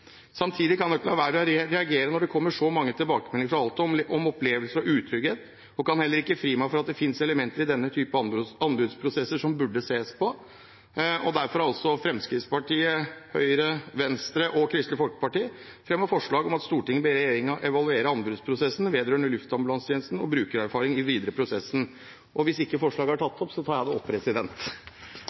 Samtidig kan jeg ikke la være å reagere når det kommer så mange tilbakemeldinger fra Alta om opplevelser av utrygghet. Jeg kan heller ikke fri meg fra at det finnes elementer i denne type anbudsprosesser som burde ses på. Derfor har Høyre, Fremskrittspartiet, Venstre og Kristelig Folkeparti fremmet forslag om at Stortinget ber regjeringen evaluere anbudsprosessen vedrørende luftambulansetjenesten og bruke erfaringene i den videre prosessen. Hvis forslaget ikke er tatt opp, tar jeg det opp